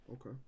okay